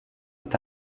est